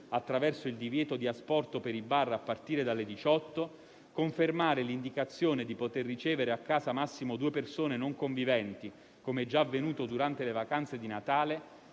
(attraverso il divieto di asporto per i bar a partire dalle ore 18); confermare l'indicazione di poter ricevere a casa massimo due persone non conviventi, come già avvenuto durante le vacanze di Natale,